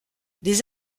des